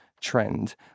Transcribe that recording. trend